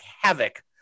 havoc